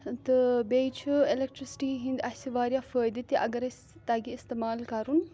تہٕ بیٚیہِ چھُ الیکٹررٛسِٹی ہِنٛدۍ اَسہِ واریاہ فٲیدٕ تہِ اگر اسہ تَگہِ استعمال کَرُن